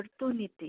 opportunity